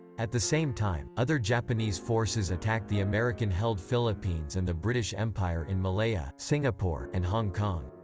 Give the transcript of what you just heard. at the same time, other japanese forces attacked the american-held philippines and the british empire in malaya, singapore, and hong kong.